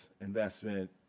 investment